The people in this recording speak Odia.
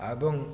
ଏବଂ